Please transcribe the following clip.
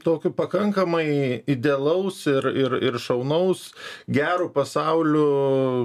tokio pakankamai idealaus ir ir ir šaunaus gero pasaulio